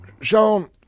Sean